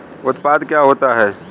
उत्पाद क्या होता है?